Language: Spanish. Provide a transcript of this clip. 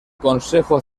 consejo